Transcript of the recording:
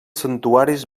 santuaris